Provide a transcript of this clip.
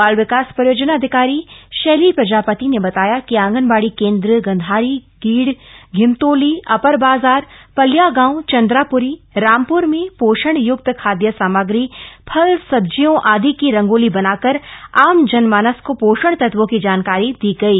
बाल विकास परियोजना अधिकारी शैली प्रजापति ने बताया कि आंगनबाड़ी केन्द्र गंधारी गीड़ घिमतोली अपर बाजार पल्या गांव चन्द्राप्री रामप्र में पोषण य्क्त खाद्य सामग्री फल सब्जियों आदि की रंगोली बनाकर आम जनमानस को पोषण तत्वों की जानकारी दी गई